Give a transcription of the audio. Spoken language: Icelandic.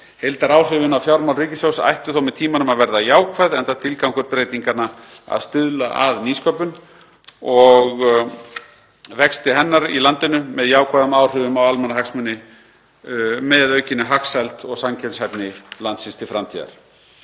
Heildaráhrifin á fjármál ríkissjóðs ættu þó með tímanum að verða jákvæð enda tilgangur breytinganna að stuðla að aukinni nýsköpun og vexti hennar í landinu með jákvæðum áhrifum á almannahagsmuni, aukinni hagsæld og samkeppnishæfni til framtíðar.